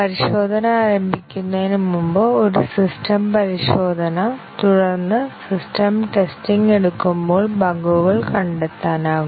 പരിശോധന ആരംഭിക്കുന്നതിന് മുമ്പ് ഒരു സിസ്റ്റം പരിശോധന തുടർന്ന് സിസ്റ്റം ടെസ്റ്റിംഗ് എടുക്കുമ്പോൾ ബഗുകൾ കണ്ടെത്താനാകും